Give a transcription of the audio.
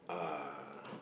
uh